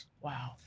Wow